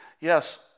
Yes